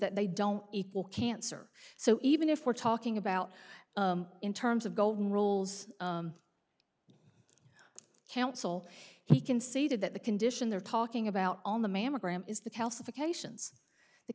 that they don't equal cancer so even if we're talking about in terms of golden rules counsel he conceded that the condition they're talking about on the mammogram is the